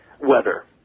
weather